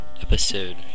episode